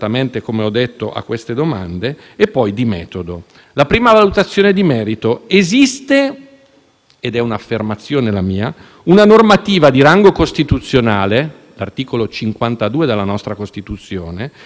ed è un'affermazione la mia - una normativa di rango costituzionale (articolo 52 della nostra Costituzione) e esiste anche una normativa legata alla legge ordinaria all'articolo 4, comma 3 del testo unico sull'immigrazione,